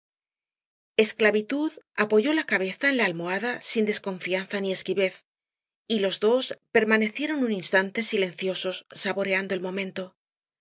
esclavitud apoyó la cabeza en la almohada sin desconfianza ni esquivez y los dos permanecieron un instante silenciosos saboreando el momento la